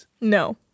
No